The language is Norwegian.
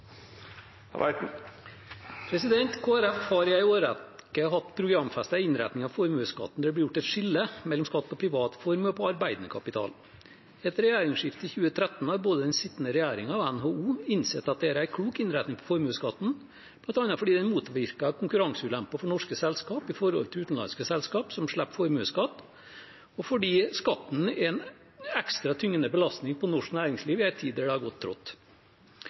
blir gjort et skille mellom skatt på privat formue og på arbeidende kapital. Etter regjeringsskiftet i 2013 har både den sittende regjeringen og NHO innsett at dette er en klok innretning av formuesskatten, bl.a. fordi den motvirker konkurranseulemper for norske selskaper i forhold til utenlandske selskap som slipper formuesskatt, og fordi skatten er en ekstra tyngende belastning for norsk næringsliv i en tid der det har gått trått.